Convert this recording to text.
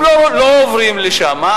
הם לא עוברים לשם,